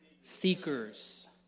seekers